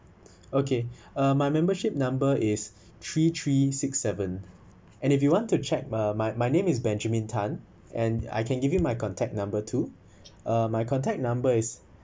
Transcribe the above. okay uh my membership number is three three six seven and if you want to check uh my my name is benjamin tan and I can give you my contact number too uh my contact number is